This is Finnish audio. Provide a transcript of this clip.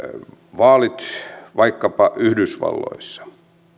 vaalit vaikkapa yhdysvalloissa